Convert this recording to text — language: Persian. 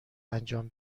انجام